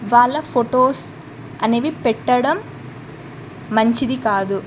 వాళ్ళ ఫోటోస్ అనేవి పెట్టడం మంచిది కాదు